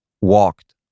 walked